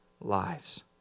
lives